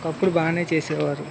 ఒకప్పుడు బాగానే చేసేవారు